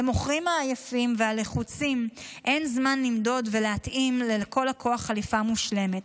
למוכרים העייפים והלחוצים אין זמן למדוד ולהתאים לכל לקוח חליפה מושלמת.